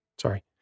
Sorry